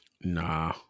Nah